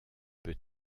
peut